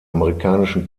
amerikanischen